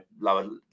lower